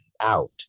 out